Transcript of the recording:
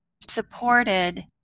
supported